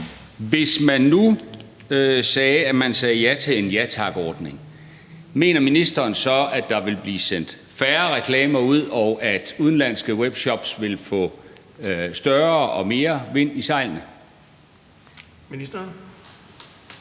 Hvis man nu sagde, at man sagde ja til en Ja Tak-ordning, mener ministeren så, at der vil blive sendt færre reklamer ud, og at udenlandske webshops vil få større og mere vind i sejlene?